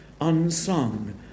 unsung